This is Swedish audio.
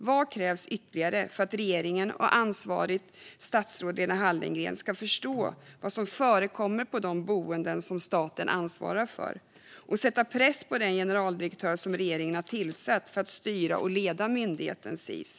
Vad krävs ytterligare för att regeringen och ansvarigt statsråd Lena Hallengren ska förstå vad som förekommer på de boenden som staten ansvarar för och sätta press på den generaldirektör som regeringen har tillsatt för att styra och leda myndigheten Sis?